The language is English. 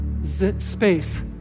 space